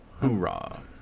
Hoorah